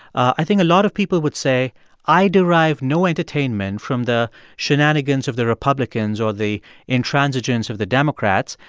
i think a lot of people would say i derive no entertainment from the shenanigans of the republicans or the intransigence of the democrats.